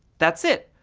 that's it.